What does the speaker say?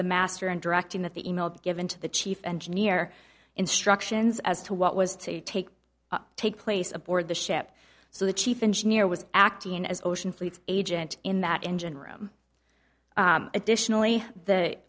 the master and directing that the e mail given to the chief engineer instructions as to what was to take take place aboard the ship so the chief engineer was acting as ocean fleet agent in that engine room additionally